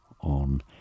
on